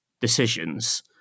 decisions